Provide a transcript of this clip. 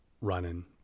running